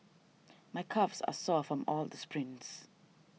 my calves are sore from all the sprints